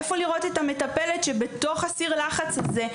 איפה לראות את המטפלת שבתוך סיר הלחץ הזה?